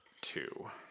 two